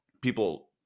People